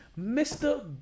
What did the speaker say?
Mr